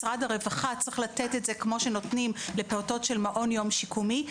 משרד הרווחה צריך לתת את זה כמו שנותנים לפעוטות של מעון יום שיקומי.